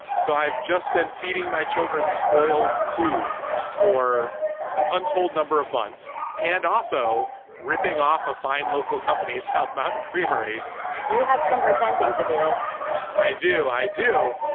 so i've just been feeding my children spoiled food for an untold number of months and also ripping off a fine local companies. howth mountain creamery you have some repenting to do i do. i do.